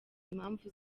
impamvu